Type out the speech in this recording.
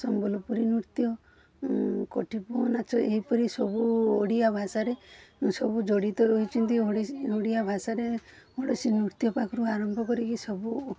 ସମ୍ବଲପୁରୀ ନୃତ୍ୟ ଗୋଟିପୁଅ ନାଚ ଏହିପରି ସବୁ ଓଡ଼ିଆ ଭାଷାରେ ସବୁ ଜଡ଼ିତ ରହିଛନ୍ତି ଓଡ଼ିଶୀ ଓଡ଼ିଆ ଭାଷାରେ ଓଡ଼ିଶୀ ନୃତ୍ୟ ପାଖରୁ ଆରମ୍ଭ କରି କି ସବୁ